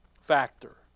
factor